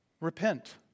Repent